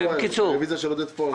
רוויזיה של עודד פורר.